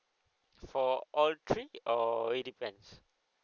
for all three or it depends